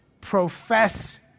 profess